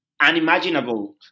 Unimaginable